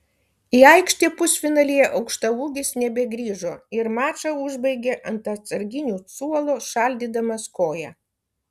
į aikštę pusfinalyje aukštaūgis nebegrįžo ir mačą užbaigė ant atsarginių suolo šaldydamas koją